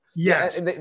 Yes